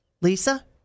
Lisa